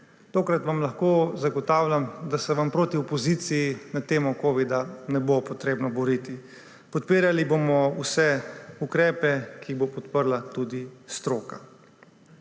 Tokrat vam lahko zagotavljam, da se vam proti opoziciji na temo covida ne bo potrebno boriti. Podpirali bomo vse ukrepe, ki jih bo podprla tudi stroka.